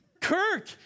Kirk